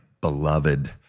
beloved